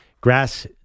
grass –